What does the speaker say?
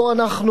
פה אנחנו